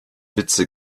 witze